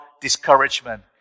discouragement